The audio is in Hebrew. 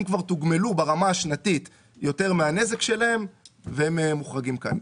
הם כבר תוגמלו ברמה השנתית יותר מהנזק שלהם והם מוחרגים כאן.